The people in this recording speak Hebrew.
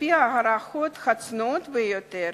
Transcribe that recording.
על-פי ההערכות הצנועות ביותר,